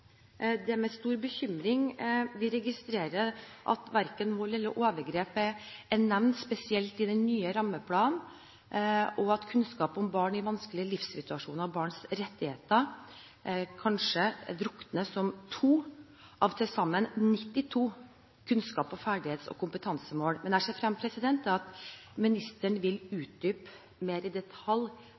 Det er med stor bekymring vi registrerer at verken vold eller overgrep er nevnt spesielt i den nye rammeplanen, og at kunnskap om barn i vanskelige livssituasjoner og barns rettigheter kanskje drukner som to av til sammen 92 kunnskaps-, ferdighets- og kompetansemål. Jeg ser frem til at ministeren utdyper mer i detalj